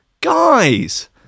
guys